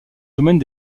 domaine